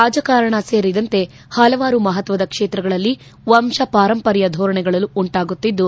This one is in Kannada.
ರಾಜಕಾರಣ ಸೇರಿದಂತೆ ಪಲವಾರು ಮಪತ್ತದ ಕೇತಗಳಲ್ಲಿ ವಂಶ ಪಾರಂಪರ್ತ ಧೋರಣೆಗಳು ಉಂಟಾಗುತ್ತಿದ್ದು